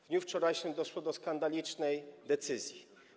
W dniu wczorajszym doszło do skandalicznej decyzji.